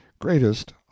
greatest